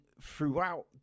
throughout